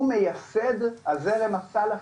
הוא מייסד הזרם הסלאפי,